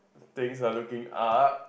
things are looking up